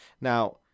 now